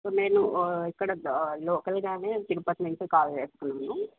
నేను ఇక్కడ లోకల్గానే తిరుపతి నుంచి కాల్ చేస్తున్నాను